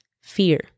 fear